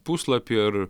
puslapy ar